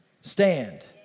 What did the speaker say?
stand